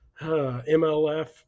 MLF